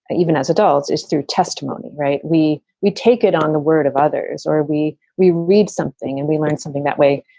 even as adults is through testimony. right. we we take it on the word of others or we we read something and we learn something that way.